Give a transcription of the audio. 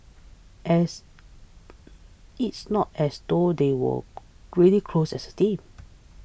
as it's not as though they were really close as a team